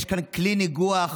יש כאן כלי ניגוח